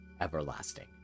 everlasting